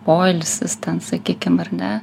poilsis ten sakykim ar ne